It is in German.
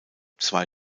zwei